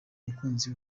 mukunzi